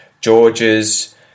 George's